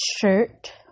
shirt